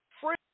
free